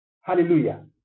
Hallelujah